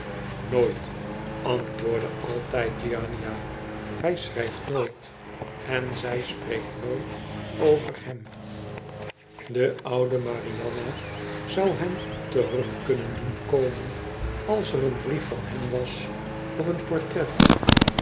nooit antwoordde altijd giannina hij schrijft nooit en zij spreekt nooit over hem de oude marianna zou hem terug kunnen doen komen als er een brief van hem was of een portret